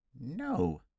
No